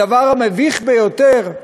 הדבר המביך ביותר,